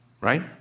right